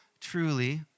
truly